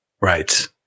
Right